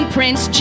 Prince